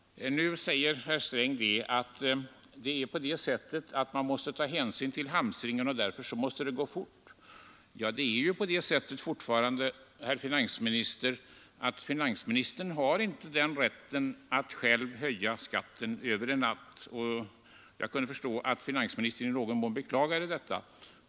Nu säger herr Sträng att man måste ta hänsyn till hamstringen, och därför måste det gå fort. Det är ju på det sättet fortfarande, herr finansminister, att finansministern inte har den rätten att själv höja skatten över en natt — och jag kunde förstå att finansministern i någon mån beklagade detta.